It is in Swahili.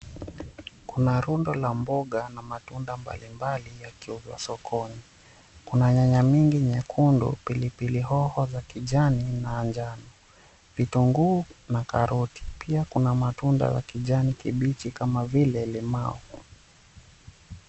Kuna rundo la mboga na matunda mbalimbali yakiuzwa sokoni. Kuna nyanya mingi nyekundu, pilipilihoho za kijani na njano, vitunguu na karoti pia kuna matunda za kijani kibichi kama vile limau.